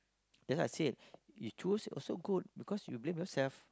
then I said you choose also good because you blame yourself